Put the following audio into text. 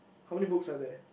how many books are there